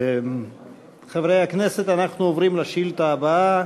חברי הכנסת, אנחנו עוברים לשאילתה הבאה,